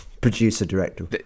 producer-director